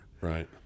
Right